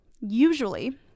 Usually